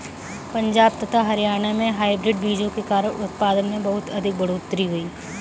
पंजाब तथा हरियाणा में हाइब्रिड बीजों के कारण उत्पादन में बहुत अधिक बढ़ोतरी हुई